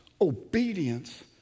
obedience